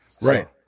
right